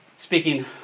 speaking